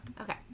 Okay